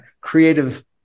creative